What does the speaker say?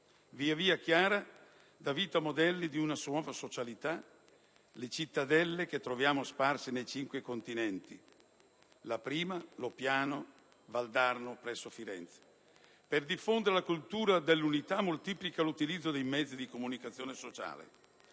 Via via Chiara dà vita a modelli di una nuova socialità: le cittadelle che troviamo sparse nei cinque continenti, la prima a Loppiano Valdarno, presso Firenze. Per diffondere la cultura dell'unità moltiplica l'utilizzo dei mezzi di comunicazione sociale.